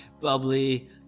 Bubbly